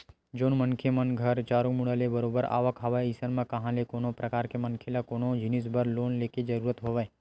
जउन मनखे मन घर चारो मुड़ा ले बरोबर आवक हवय अइसन म कहाँ ले कोनो परकार के मनखे ल कोनो जिनिस बर लोन लेके जरुरत हवय